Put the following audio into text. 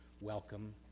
welcome